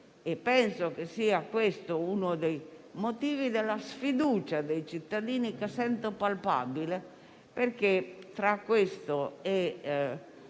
e penso che sia questo uno dei motivi della sfiducia dei cittadini, che sento palpabile, perché tra questo e